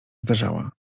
zdarzała